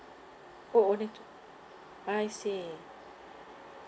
oh only I see